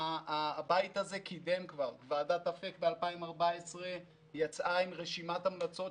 הבית הזה קידם כבר ב-2014 ועדת אפק יצאה עם רשימת המלצות,